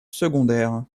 secondaire